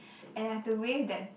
and I have to wave that